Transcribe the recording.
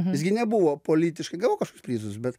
jis gi nebuvo politiškai gavau kažkokius prizus bet